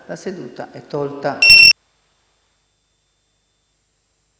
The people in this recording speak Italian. La seduta è tolta